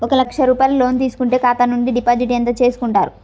ఒక లక్ష రూపాయలు లోన్ తీసుకుంటే ఖాతా నుండి డిపాజిట్ ఎంత చేసుకుంటారు?